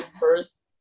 first